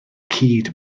cyd